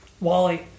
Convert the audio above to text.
Wally